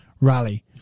rally